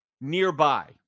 nearby